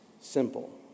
Simple